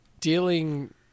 dealing